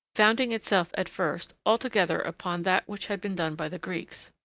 founding itself, at first, altogether upon that which had been done by the greeks.